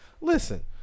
Listen